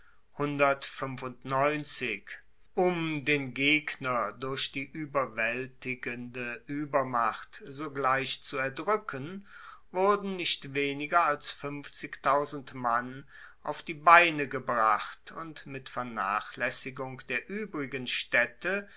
um den gegner durch die ueberwaeltigende uebermacht sogleich zu erdruecken wurden nicht weniger als mann auf die beine gebracht und mit vernachlaessigung der uebrigen staedte